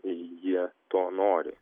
jie to nori